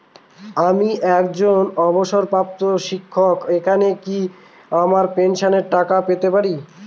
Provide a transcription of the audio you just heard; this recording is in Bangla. আমি একজন অবসরপ্রাপ্ত শিক্ষক এখানে কি আমার পেনশনের টাকা পেতে পারি?